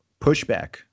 pushback